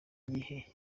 gihe